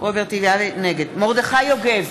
מרדכי יוגב,